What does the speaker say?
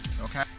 Okay